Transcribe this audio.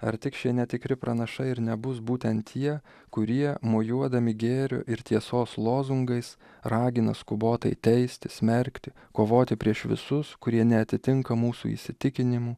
ar tik šie netikri pranašai ir nebus būtent tie kurie mojuodami gėrio ir tiesos lozungais ragina skubotai teisti smerkti kovoti prieš visus kurie neatitinka mūsų įsitikinimų